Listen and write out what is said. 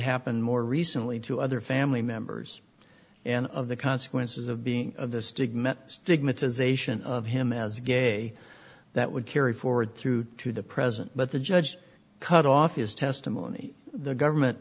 happened more recently to other family members and of the consequences of being of the stigma stigmatization of him as gay that would carry forward through to the present but the judge cut off his testimony the government